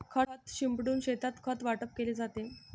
खत शिंपडून शेतात खत वाटप केले जाते